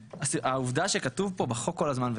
העובדה שכתוב פה בחוק כל הזמן,